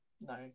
no